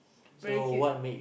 very cute